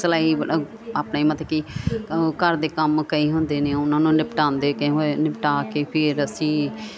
ਸਿਲਾਈ ਬਣਾ ਆਪਣੀ ਮਤ ਕਿ ਅ ਘਰ ਦੇ ਕੰਮ ਕਈ ਹੁੰਦੇ ਨੇ ਉਹਨਾਂ ਨੂੰ ਨਿਪਟਾਉਂਦੇ ਕਈ ਹੋਏ ਨਿਪਟਾ ਕੇ ਫਿਰ ਅਸੀਂ